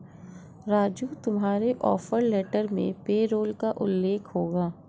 राजू तुम्हारे offer letter में payroll का उल्लेख होगा